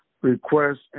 request